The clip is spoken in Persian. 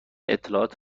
اطلاعات